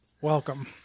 Welcome